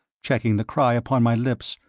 checking the cry upon my lips,